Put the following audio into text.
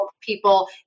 people